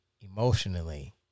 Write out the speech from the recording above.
emotionally